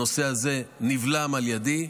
הנושא הזה נבלם על ידי,